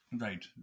Right